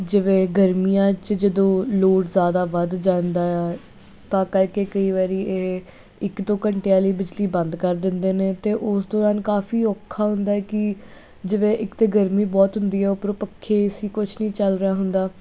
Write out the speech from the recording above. ਜਿਵੇਂ ਗਰਮੀਆਂ 'ਚ ਜਦੋਂ ਲੋੜ ਜ਼ਿਆਦਾ ਵੱਧ ਜਾਂਦਾ ਆ ਤਾਂ ਕਰਕੇ ਕਈ ਵਾਰੀ ਇਹ ਇੱਕ ਦੋ ਘੰਟਿਆਂ ਲਈ ਬਿਜਲੀ ਬੰਦ ਕਰ ਦਿੰਦੇ ਨੇ ਅਤੇ ਉਸ ਦੌਰਾਨ ਕਾਫੀ ਔਖਾ ਹੁੰਦਾ ਕਿ ਜਿਵੇਂ ਇੱਕ ਤਾਂ ਗਰਮੀ ਬਹੁਤ ਹੁੰਦੀ ਹੈ ਉੱਪਰੋਂ ਪੱਖੇ ਏ ਸੀ ਕੁਛ ਨਹੀਂ ਚੱਲ ਰਿਹਾ ਹੁੰਦਾ